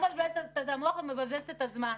מבלבלת את המוח ומבזבזת את הזמן.